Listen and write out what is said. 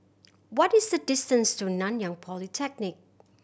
what is the distance to Nanyang Polytechnic